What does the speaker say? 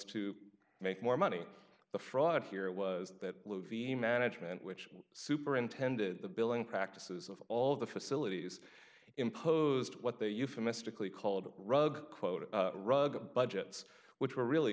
to make more money the fraud here it was that the management which superintended the billing practices of all the facilities imposed what they euphemistically called rug quota rug budgets which were really